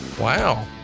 Wow